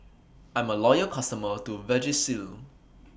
I'm A Loyal customer of Vagisil